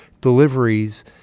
deliveries